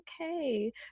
okay